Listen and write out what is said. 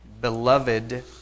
beloved